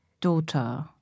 daughter